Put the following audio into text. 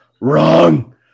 Wrong